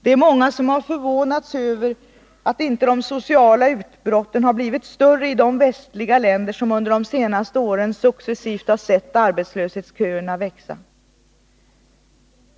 Det är många som har förvånats över att de sociala utbrotten inte har blivit större i de västliga länder som under de senaste åren successivt har sett arbetslöshetsköerna växa.